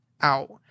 out